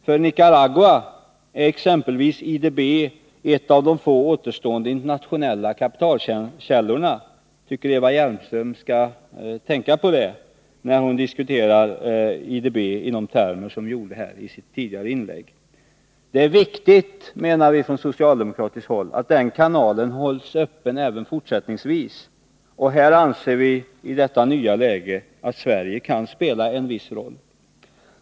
För Nicaragua t.ex. är IDB en av de få återstående internationella kapitalkällorna. Jag tycker att Eva Hjelmström skall tänka på det, när hon diskuterar IDB i de termer som hon gjorde här i sitt inlägg. Det är viktigt, menar vi från socialdemokratiskt håll, att den kanalen hålls öppen även fortsättningsvis. Och i detta nya läge anser vi att Sverige kan spela en viss roll.